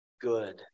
good